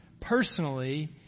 personally